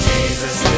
Jesus